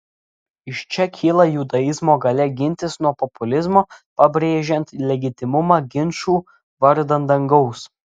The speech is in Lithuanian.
iš čia kyla judaizmo galia gintis nuo populizmo pabrėžiant legitimumą ginčų vardan dangaus